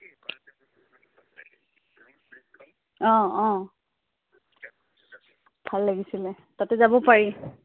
অঁ অঁ ভাল লাগিছিলে তাতে যাব পাৰি